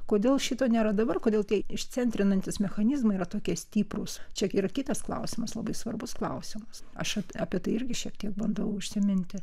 kodėl šito nėra dabar kodėl tie išcentrinantys mechanizmai yra tokie stiprūs čia kyla kitas klausimas labai svarbus klausimas aš apie tai irgi šiek tiek bandau užsiminti